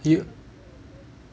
you